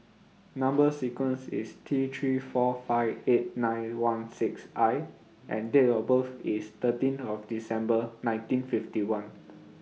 Number sequence IS T three four five eight nine one six I and Date of birth IS thirteen of December nineteen fifty one